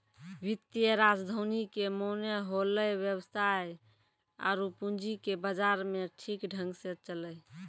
वित्तीय राजधानी के माने होलै वेवसाय आरु पूंजी के बाजार मे ठीक ढंग से चलैय